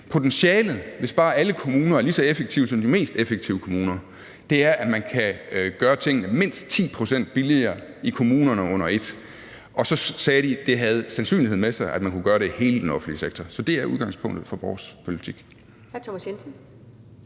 potentialet, hvis bare alle kommuner var lige så effektive som de mest effektive kommuner, er, at man kan gøre tingene mindst 10 pct. billigere i kommunerne under et. Og så sagde de, at det havde sandsynligheden med sig, at man kunne gøre det i hele den offentlige sektor. Så det er udgangspunktet for vores politik.